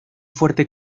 fuerte